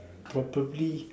probably